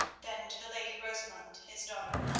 then to the lady rosamund, his daughter.